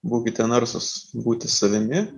būkite narsūs būti savimi